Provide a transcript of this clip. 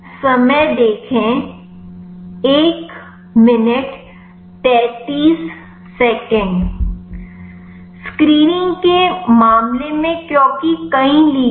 Iस्क्रीनिंग के मामले में क्योंकि कई लिगंड हैं